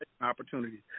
opportunities